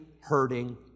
hurting